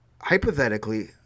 hypothetically